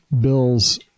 bills